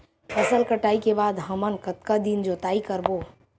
फसल कटाई के बाद हमन कतका दिन जोताई करबो?